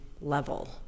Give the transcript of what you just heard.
level